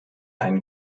einem